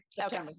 Okay